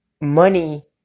money